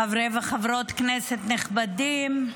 חברי וחברות כנסת נכבדים,